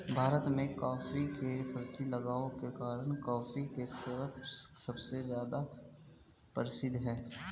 भारत में, कॉफ़ी के प्रति लगाव के कारण, कॉफी के कैफ़े सबसे ज्यादा प्रसिद्ध है